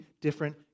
different